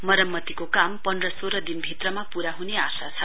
मरम्मतिको काम पन्ध्र सोह्र दिन भित्रमा पूरा हुने आशा छ